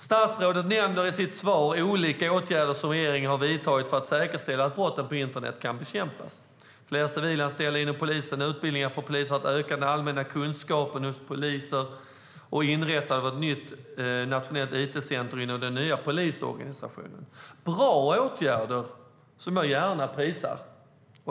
Statsrådet nämner i sitt svar olika åtgärder som regeringen har vidtagit för att säkerställa att brotten på internet kan bekämpas: fler civilanställda inom polisen, utbildning av poliser för att öka den allmänna kunskapen och inrättandet av ett nytt nationellt it-center inom den nya polisorganisationen. Det är bra åtgärder som jag gärna prisar.